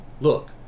look